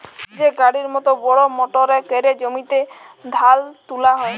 যে গাড়ির মত বড় মটরে ক্যরে জমিতে ধাল তুলা হ্যয়